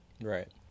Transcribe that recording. Right